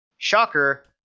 Shocker